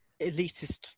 elitist